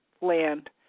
land